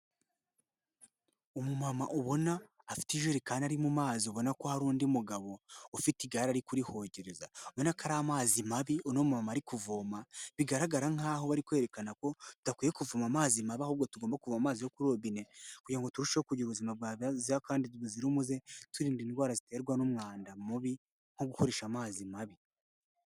Umu mama ubona afite ijerekani ari mu mazi ubona ko hari undi mugabo ufite igare ari kurihogereza ubona ko ari amazi mabi umu mama ari kuvoma, bigaragara nk'aho bari kwerekana ko tudakwiye kuvoma amazi mabi ahubwo tugomba kuvoma amazi yo kuri robine kugira ngo turusheho kugira ubuzima bwihagaxeho kandi buzira umuze, turinda indwara ziterwa n'umwanda mubi nko gukoresha amazi mabi.